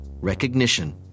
recognition